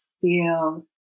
feel